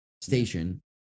station